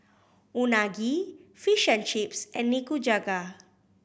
Unagi Fish and Chips and Nikujaga